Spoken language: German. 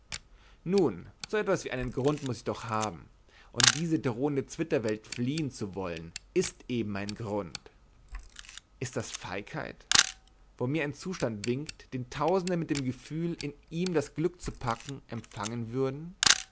nun so etwas wie einen grund muß ich doch haben und diese drohende zwitterwelt fliehen zu wollen ist eben mein grund ist das feigheit wo mir ein zustand winkt den tausende mit dem gefühl in ihm das glück zu packen empfangen würden